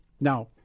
Now